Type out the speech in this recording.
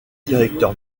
directeur